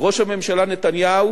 ראש הממשלה נתניהו